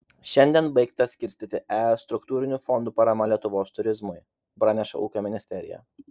šiandien baigta skirstyti es struktūrinių fondų parama lietuvos turizmui praneša ūkio ministerija